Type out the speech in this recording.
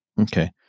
Okay